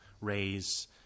Ray's